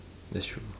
that's true